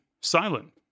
silent